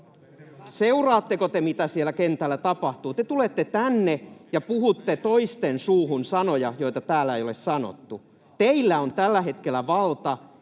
Seuraatteko te, mitä siellä kentällä tapahtuu? Te tulette tänne ja puhutte toisten suuhun sanoja, joita täällä ei ole sanottu. Teillä on tällä hetkellä valta